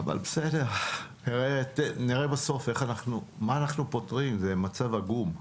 נראה בסוף מה אנחנו פותרים, זה מצב עגום.